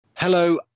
Hello